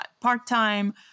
part-time